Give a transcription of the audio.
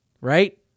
Right